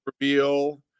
reveal